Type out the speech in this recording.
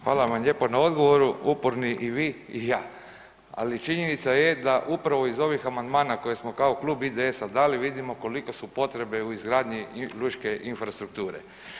Hvala vam lijepo na odgovoru uporni i vi i ja, ali činjenica je da upravo iz ovih amandmana koje smo kao Klub IDS-a dali vidimo kolike su potrebe u izgradnji lučke infrastrukture.